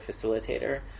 facilitator